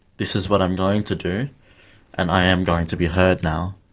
this is what i'm going to do and i am going to be heard now.